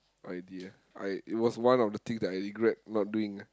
idea I it was one of the things that I regret not doing ah